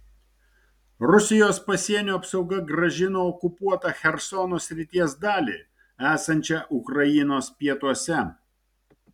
rusijos pasienio apsauga grąžino okupuotą chersono srities dalį esančią ukrainos pietuose